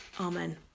Amen